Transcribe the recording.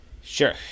Sure